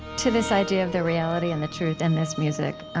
to this idea of the reality and the truth in this music,